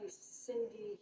Cindy